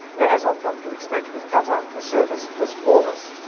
as i've come to expect with qatar, the service was flawless.